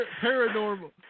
paranormal